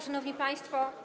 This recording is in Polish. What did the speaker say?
Szanowni Państwo!